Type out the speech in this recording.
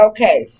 Okay